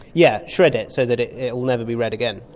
yeah shred it so that it it will never be read again,